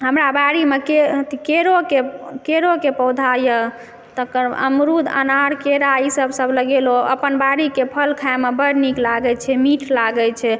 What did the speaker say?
हमरा बाड़ीमे के केरोके केरोके पौधा यऽ तकर अमरूद अनार केरा ईसब सब लगेलहुँ अपन बाड़ीके फल खायमे बड़ नीक लागय छै मीठ लागय छै